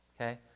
okay